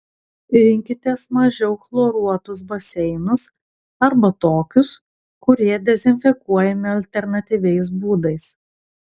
rinkitės mažiau chloruotus baseinus arba tokius kurie dezinfekuojami alternatyviais būdais